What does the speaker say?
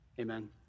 amen